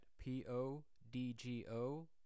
p-o-d-g-o